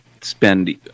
spend